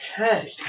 Okay